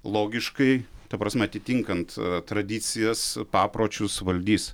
logiškai ta prasme atitinkant tradicijas papročius valdys